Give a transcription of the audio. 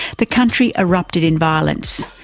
the country erupted in violence.